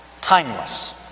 timeless